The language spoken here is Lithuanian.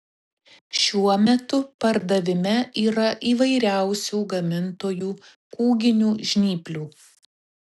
šiuo metu pardavime yra įvairiausių gamintojų kūginių žnyplių